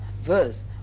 verse